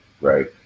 right